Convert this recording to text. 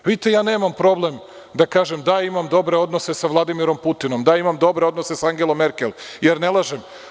Vidite, ja nemam problem da kažem – da, imam dobre odnose sa Vladimirom Putinom, da, imam dobre odnose sa Angelom Merkel, jer ne lažem.